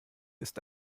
ist